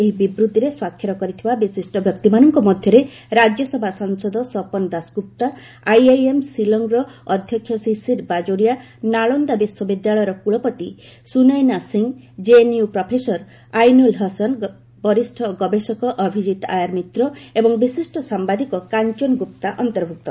ଏହି ବିବୃତ୍ତିରେ ସ୍ୱାକ୍ଷର କରିଥିବା ବିଶିଷ୍ଟ ବ୍ୟକ୍ତିମାନଙ୍କ ମଧ୍ୟରେ ରାଜ୍ୟସଭା ସାଂସଦ ସପନ ଦାସଗୁପ୍ତା ଆଇଆଇଏମ୍ ସିଲ୍ଟର ଅଧ୍ୟକ୍ଷ ଶିଶିର ବାଜୋରିଆ ନାଳନ୍ଦା ବିଶ୍ୱବିଦ୍ୟାଳୟର କୁଳପତି ସୁନଇନା ସିଂ ଜେଏନ୍ୟୁର ପ୍ରଫେସର ଆଇନୁଲ୍ ହସନ୍ ବରିଷ ଗବେଷକ ଅଭିଜତ ଆୟାର ମିତ୍ର ଏବଂ ବିଶିଷ୍ଟ ସାମ୍ବାଦିକ କାଞ୍ଚନ ଗୁପ୍ତା ଅନ୍ତର୍ଭୁକ୍ତ